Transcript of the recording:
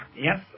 Yes